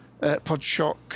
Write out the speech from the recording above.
PodShock